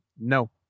No